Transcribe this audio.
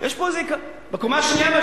וזה בקומה השנייה.